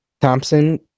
Thompson